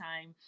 Time